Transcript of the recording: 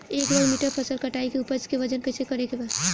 एक वर्ग मीटर फसल कटाई के उपज के वजन कैसे करे के बा?